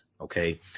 okay